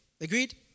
Agreed